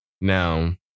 Now